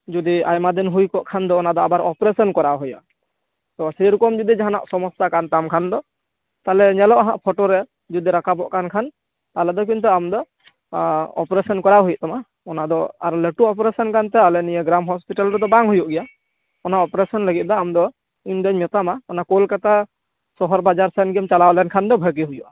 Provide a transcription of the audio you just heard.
ᱡᱩᱫᱤ ᱟᱭᱢᱟ ᱫᱤᱱ ᱦᱩᱭ ᱠᱚᱜ ᱠᱷᱟᱱ ᱫᱚ ᱚᱱᱟᱫᱚ ᱟᱵᱟᱨ ᱚᱯᱟᱨᱮᱥᱚᱱ ᱠᱚᱨᱟᱣ ᱦᱩᱭᱩᱜᱼᱟ ᱛᱚ ᱥᱮᱨᱚᱠᱚᱢ ᱡᱩᱫᱤ ᱡᱟᱦᱟᱱᱟᱜ ᱥᱚᱢᱚᱥᱥᱟ ᱠᱟᱱ ᱛᱟᱢ ᱠᱷᱟᱱ ᱫᱚ ᱛᱟᱦᱚᱞᱮ ᱧᱮᱞᱚᱜᱼᱟ ᱦᱟᱸᱜ ᱯᱷᱚᱴᱚᱨᱮ ᱡᱚᱫᱤ ᱨᱟᱠᱟᱵᱚᱜ ᱠᱟᱱ ᱠᱷᱟᱱ ᱛᱟᱦᱚᱞᱮ ᱫᱚ ᱠᱤᱱᱛᱩ ᱟᱢᱫᱚ ᱟ ᱚᱯᱟᱨᱮᱥᱚᱱ ᱠᱚᱨᱟᱣ ᱦᱩᱭᱩᱜ ᱛᱟᱢᱟ ᱚᱱᱟᱫᱚ ᱟᱨ ᱞᱟᱹᱴᱩ ᱚᱯᱟᱨᱮᱥᱚᱱ ᱱᱤᱭᱚ ᱜᱨᱟᱢ ᱦᱚᱥᱯᱤᱴᱟᱞ ᱨᱮᱫᱚ ᱵᱟᱝ ᱦᱩᱭᱩᱜ ᱜᱮᱭᱟ ᱚᱱᱟ ᱚᱯᱟᱨᱮᱥᱚᱱ ᱞᱟᱹᱜᱤᱫ ᱫᱚ ᱟᱢ ᱫᱚ ᱤᱧᱫᱚᱹᱧ ᱢᱮᱛᱟᱢᱟ ᱚᱱᱟ ᱠᱳᱞᱠᱟᱛᱟ ᱥᱚᱦᱚᱨ ᱵᱟᱡᱟᱨ ᱥᱮᱱᱜᱮᱢ ᱪᱟᱞᱟᱣ ᱞᱮᱱᱠᱷᱟᱱ ᱫᱚ ᱵᱷᱟᱜᱮ ᱦᱩᱭᱩᱜᱼᱟ